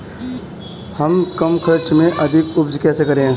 हम कम खर्च में अधिक उपज कैसे करें?